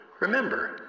Remember